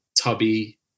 tubby